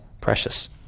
precious